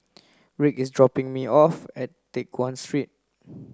rick is dropping me off at Teck Guan Street